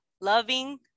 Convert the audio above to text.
loving